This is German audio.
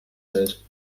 welt